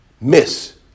miss